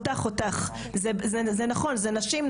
זה נשים,